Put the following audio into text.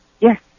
Yes